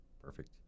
Perfect